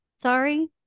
sorry